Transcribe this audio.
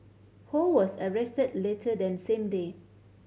Ho was arrested later that same day